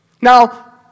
Now